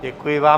Děkuji vám.